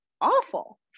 awful